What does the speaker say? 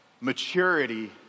Maturity